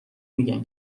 میگن